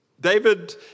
David